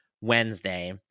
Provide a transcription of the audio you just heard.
Wednesday